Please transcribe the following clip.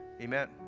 Amen